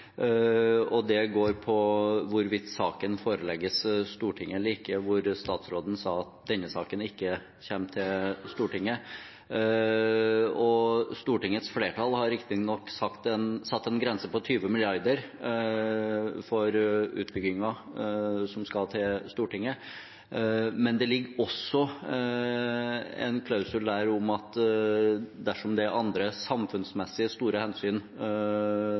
og det går på hvorvidt saken forelegges Stortinget eller ikke, der statsråden sa at denne saken ikke kommer til Stortinget. Stortingets flertall har riktignok satt en grense på 20 mrd. kr for utbygginger som skal til Stortinget, men det ligger også en klausul der om at dersom det er andre samfunnsmessig store hensyn